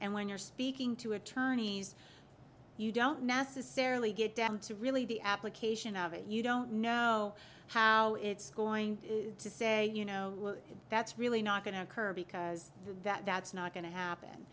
and when you're speaking to attorneys you don't necessarily get down to really the application of it you don't know how it's going to say you know that's really not going to occur because that's not going to happen